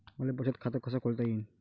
मले बचत खाते कसं खोलता येईन?